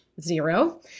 zero